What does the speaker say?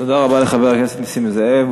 תודה רבה לחבר הכנסת נסים זאב.